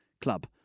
club